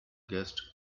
guest